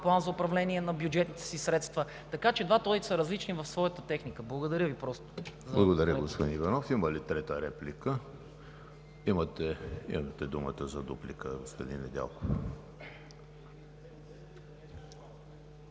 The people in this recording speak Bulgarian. план за управление на бюджетните си средства, така че двата одита са различни в своята техника. Благодаря Ви. ПРЕДСЕДАТЕЛ ЕМИЛ ХРИСТОВ: Благодаря, господин Иванов. Има ли трета реплика? Имате думата за дуплика, господин Недялков.